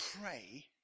pray